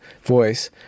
voice